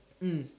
mm